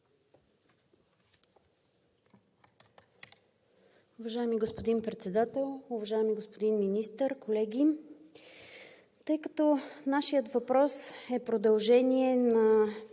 Уважаеми господин Председател, уважаеми господин Министър, колеги! Тъй като нашият въпрос е продължение на